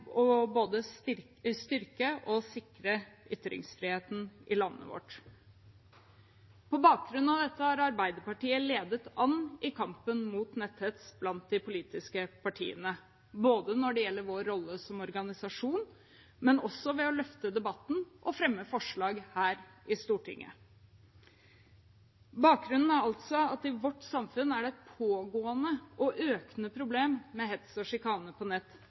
og sjikane på nett. Mange mente det nå var på tide at vi som et moderne samfunn tok tak i dette problemet ved å både styrke og sikre ytringsfriheten i landet vårt. På bakgrunn av dette har Arbeiderpartiet ledet an i kampen mot netthets blant de politiske partiene, både når det gjelder vår rolle som organisasjon, og også ved å løfte debatten og fremme forslag her i Stortinget. Bakgrunnen var altså at i vårt